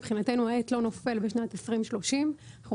מבחינתנו העט לא נופל בשנת 2030. אנחנו